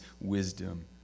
wisdom